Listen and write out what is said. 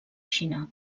xina